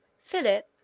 philip,